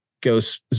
goes